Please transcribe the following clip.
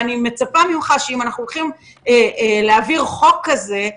אם אנחנו הולכים להעביר את החוק הזה,